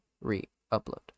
re-upload